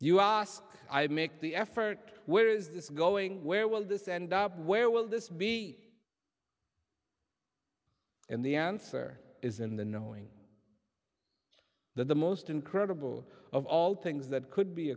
you ask i make the effort where is this going where will this end up where will this be and the answer is in the knowing that the most incredible of all things that could be